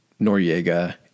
Noriega